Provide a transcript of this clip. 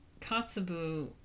Katsubu